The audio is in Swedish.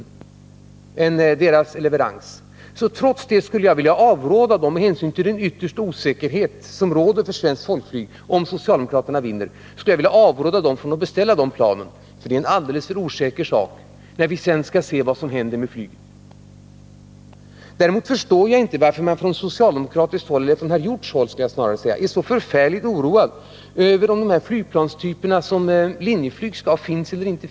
Trots det skulle jag vilja avråda Swedairs styrelse från att beställa de planen, med hänsyn till den yttersta osäkerhet som råder för svenskt folkflyg om socialdemokraterna vinner och vi sedan skall avvakta vad som händer med flyget. Jag förstår inte varför herr Hjorth är så förfärligt oroad över om de flygplanstyper som Linjeflyg skall ha finns eller inte.